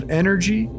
energy